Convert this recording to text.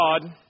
God